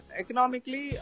economically